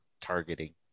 targeting